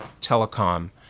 telecom